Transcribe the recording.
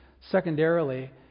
Secondarily